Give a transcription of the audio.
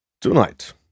Tonight